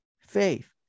faith